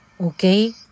Okay